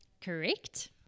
Correct